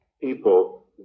people